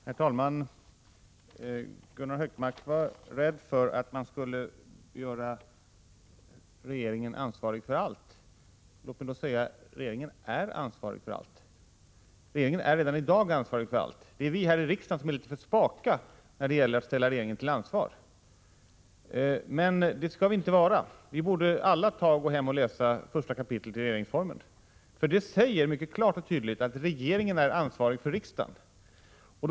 Herr talman! Gunnar Hökmark var rädd för att man skulle göra regeringen ansvarig för allt. Låt mig säga att regeringen redan i dag är ansvarig för allt. Det är vi här i riksdagen som är litet för spaka när det gäller att ställa regeringen till ansvar, men det skall vi inte vara. Vi borde alla gå hem och läsa 1 kap. regeringsformen, för det säger mycket klart och tydligt att regeringen 33 Prot. 1986/87:122 är ansvarig inför riksdagen.